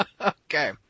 Okay